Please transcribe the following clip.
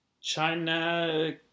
China